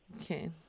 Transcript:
Okay